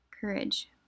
Courage